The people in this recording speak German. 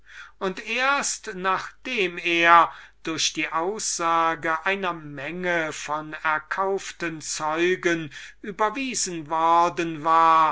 und nachdem er durch die aussage einer menge von zeugen überwiesen worden war